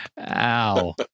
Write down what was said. Ow